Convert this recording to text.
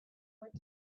what